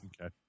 okay